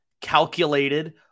calculated